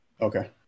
Okay